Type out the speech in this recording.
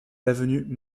l’avenue